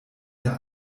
der